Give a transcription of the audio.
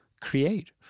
create